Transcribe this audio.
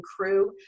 crew